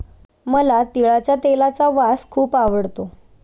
मला तिळाच्या तेलाचा वास खूप आवडतो